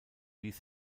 ließ